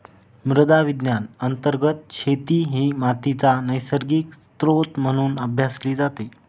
मृदा विज्ञान अंतर्गत शेती ही मातीचा नैसर्गिक स्त्रोत म्हणून अभ्यासली जाते